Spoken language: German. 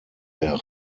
der